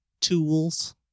tools